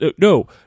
no